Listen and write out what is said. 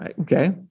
Okay